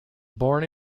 born